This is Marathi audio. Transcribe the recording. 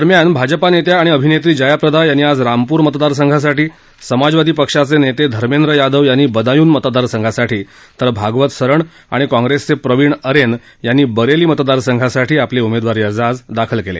दरम्यान भाजपा नेत्या आणि अभिनेत्री जयाप्रदा यांनी आज रामपूर मतदारसंघासाठी समाजवादी पक्षाचे नेते धर्मेंद्र यादव यांनी बदायून मतदार संघासाठी तर भागवत सरण आणि काँप्रेसचे प्रवीण अरेन यांनी बरेली मतदारसंघासाठी आपले उमेदवारी अर्ज आज दाखल केले